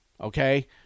Okay